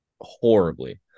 horribly